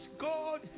God